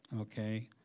okay